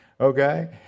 okay